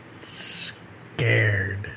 scared